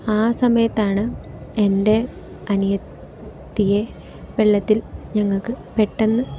ആ സമയത്താണ് എൻ്റെ അനിയത്തിയെ വെളളത്തിൽ ഞങ്ങൾക്ക് പെട്ടെന്ന്